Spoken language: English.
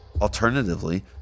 Alternatively